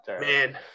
Man